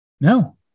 no